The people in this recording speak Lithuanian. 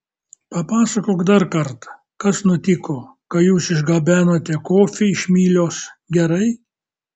papasakok dar kartą kas nutiko kai jūs išgabenote kofį iš mylios gerai